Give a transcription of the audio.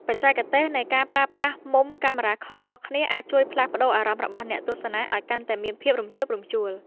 បច្ចេកទេសនៃការប្រើប្រាស់មុំកាមេរ៉ាខុសៗគ្នាអាចជួយផ្លាស់ប្តូរអារម្មណ៍របស់អ្នកទស្សនាឱ្យកាន់តែមានភាពរំជើបរំជួល។